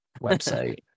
website